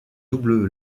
double